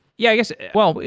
yeah, i guess well,